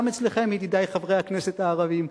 גם אצלכם, ידידי חברי הכנסת הערבים.